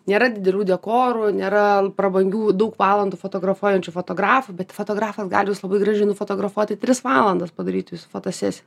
nėra didelių dekorų nėra prabangių daug valandų fotografuojančių fotografų bet fotografas gali jus labai gražiai nufotografuoti tris valandas padaryti jūsų fotosesiją